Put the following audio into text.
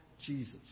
Jesus